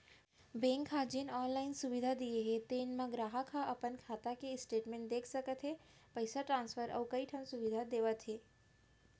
bank ह जेन online सुबिधा दिये हे तेन म गराहक ह अपन खाता के स्टेटमेंट देख सकत हे, पइसा ट्रांसफर अउ कइ ठन सुबिधा देवत हे